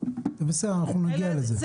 נגיע לזה.